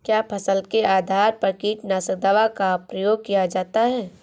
क्या फसल के आधार पर कीटनाशक दवा का प्रयोग किया जाता है?